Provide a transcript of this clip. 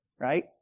right